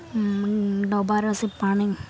ଡବାର ସେ ପାଣି